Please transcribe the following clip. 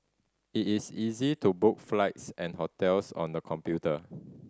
it is easy to book flights and hotels on the computer